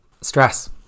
Stress